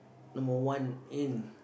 number one in